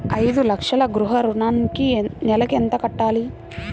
ఐదు లక్షల గృహ ఋణానికి నెలకి ఎంత కట్టాలి?